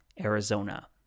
Arizona